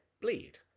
bleed